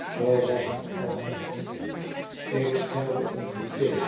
zoo was het alt y d ik schelde om de